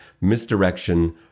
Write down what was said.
Misdirection